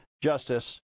justice